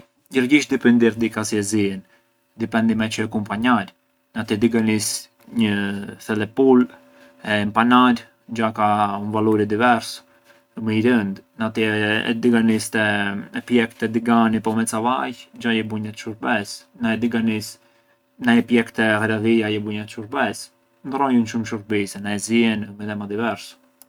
Gjithqish dipindir ka sa e zjen, dipendi me çë e kumpanjar, na ti diganis një thele pulë e e mpanar xha ka un valuri diversu, ë më i rënd, na ti e diganis te- e pjek te digani po me ca vajë xha je bunë njatër shurbes, na e diganis- na e pjek te ghradija je bunë njatër shurbes, ndërrojën shumë shurbise, na e zjen ë midhema diversu.